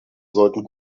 sollten